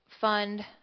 fund